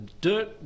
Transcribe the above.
dirt